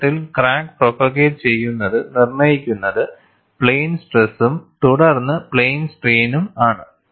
തുടക്കത്തിൽ crack propagate ചെയ്യുന്നത് നിർണ്ണയിക്കുന്നത് പ്ലെയിൻ സ്ട്രെസ്സും തുടർന്ന് പ്ലെയിൻ സ്ട്രയിനും ആണ്